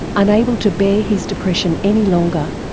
unable to bear his depression any longer,